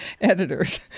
editors